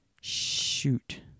Shoot